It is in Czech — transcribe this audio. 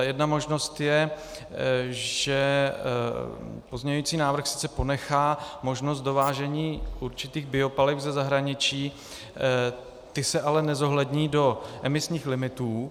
Jedna možnost je, že pozměňovací návrh sice ponechá možnost dovážení určitých biopaliv ze zahraničí, ta se ale nezohlední do emisních limitů.